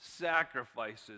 sacrifices